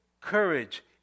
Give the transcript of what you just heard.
courage